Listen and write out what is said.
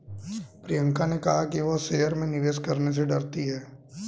प्रियंका ने कहा कि वह शेयर में निवेश करने से डरती है